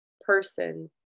person